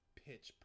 pitch